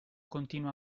continua